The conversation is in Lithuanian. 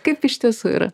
kaip iš tiesų yra